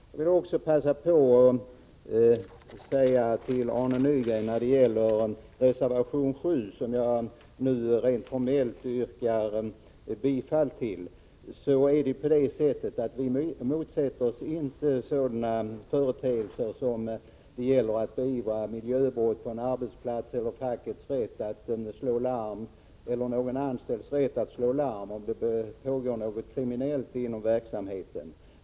Jag vill också passa på att säga till Arne Nygren beträffande reservation 7, som jag ru rent formellt yrkar bifall till, att vi inte motsätter oss sådant som bedrivande av miljövård på en arbetsplats eller fackets eller någon anställds rätt att slå larm, om det försiggår något kriminellt inom verksamheten.